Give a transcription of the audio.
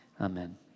Amen